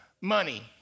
money